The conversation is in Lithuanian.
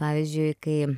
pavyzdžiui kai